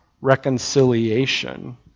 reconciliation